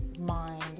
mind